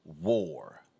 war